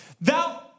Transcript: Thou